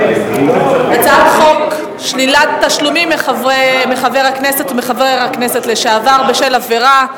הצעת חוק שלילת תשלומים מחבר הכנסת ומחבר הכנסת לשעבר בשל עבירה,